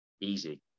easy